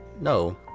No